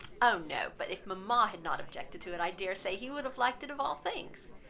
oh, no but if mama had not objected to it, i dare say he would have liked it of all things.